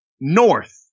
North